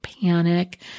panic